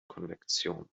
konvektion